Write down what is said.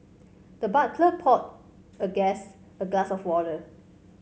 the butler poured the guest a glass of water